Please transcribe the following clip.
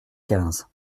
quinze